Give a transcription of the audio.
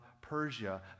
Persia